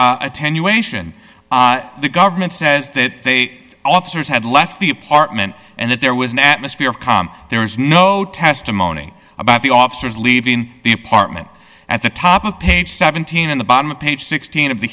attenuation the government says that officers had left the apartment and that there was an atmosphere of calm there is no testimony about the officers leaving the apartment at the top of page seventeen at the bottom of page sixteen of the